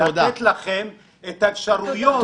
רצינו לתת לכם את האפשרויות,